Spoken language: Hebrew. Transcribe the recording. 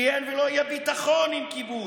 כי אין ולא יהיה ביטחון עם כיבוש,